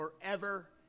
forever